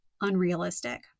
unrealistic